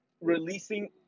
releasing